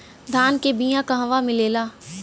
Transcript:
धान के बिया कहवा मिलेला?